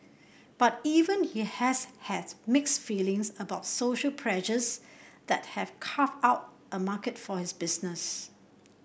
but even he has has mixed feelings about social pressures that have carved out a market for his business